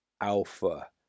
alpha